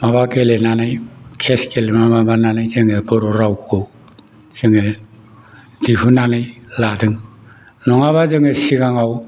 माबा गेलेनानै केस गेलेनानै माबानानै बर' राव खौ जोङो दिहुननानै लादों नङाब्ला जोङो सिगांआव